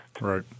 Right